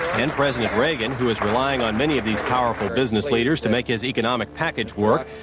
and president reagan, who is relying on many of these powerful. business leaders to make his economic package work,